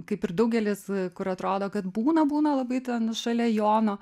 kaip ir daugelis kur atrodo kad būna būna labai ten šalia jono